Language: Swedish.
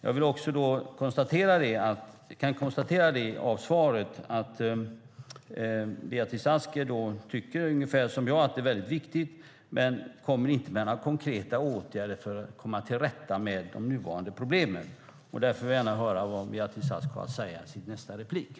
Av interpellationssvaret kan jag konstatera att Beatrice Ask tycker ungefär som jag, att det är väldigt viktigt, men hon kommer inte med några konkreta åtgärder för att komma till rätta med de nuvarande problemen. Därför vill jag gärna höra vad Beatrice Ask har att säga i sitt nästa inlägg.